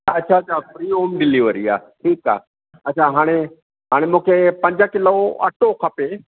अच्छा अच्छा free home delivery आहे ठीकु आहे अच्छा हाणे हाणे मूंखे पंज किलो अटो खपे